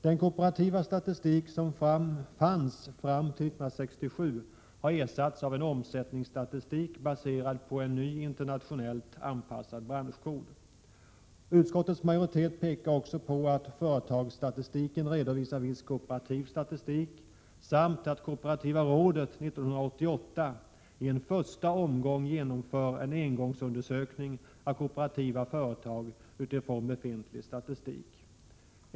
Den kooperativa statistik som fanns fram till 1967 har ersatts av en omsättningsstatistik baserad på en ny, internationellt anpassad branschkod. Utskottets majoritet pekar också på att företagsstatistiken redovisar viss kooperativ statistik samt att kooperativa rådet 1988 i en första omgång genomför en engångsundersökning av kooperativa företag utifrån befintlig statistik.